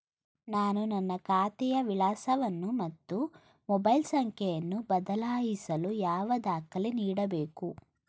ನಾನು ನನ್ನ ಖಾತೆಯ ವಿಳಾಸವನ್ನು ಮತ್ತು ಮೊಬೈಲ್ ಸಂಖ್ಯೆಯನ್ನು ಬದಲಾಯಿಸಲು ಯಾವ ದಾಖಲೆ ನೀಡಬೇಕು?